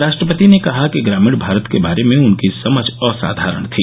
राष्ट्रपति ने कहा कि ग्रामीण भारत के बारे में उनकी समझ असाधारण थी